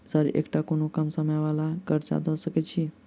Sir एकटा कोनो कम समय वला कर्जा दऽ सकै छी?